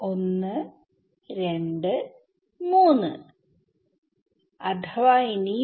123 അഥവാ ഇനിയും